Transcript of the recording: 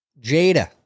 Jada